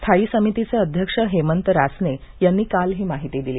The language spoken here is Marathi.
स्थाई समितीचे अध्यक्ष हेमंत रासने यांनी आज ही माहिती दिली